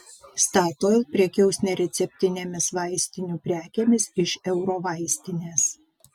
statoil prekiaus nereceptinėmis vaistinių prekėmis iš eurovaistinės